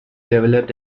developed